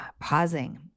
pausing